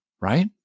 right